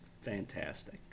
Fantastic